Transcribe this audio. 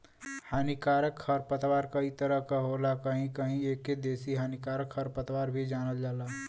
हानिकारक खरपतवार कई तरह क होला कहीं कहीं एके देसी हानिकारक खरपतवार भी जानल जाला